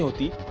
the